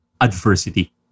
adversity